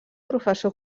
professor